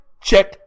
check